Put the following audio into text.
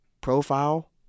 profile